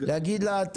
להגיד לה,